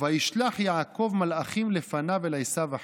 "וישלח יעקב מלאכים לפניו ולעשו אחיו",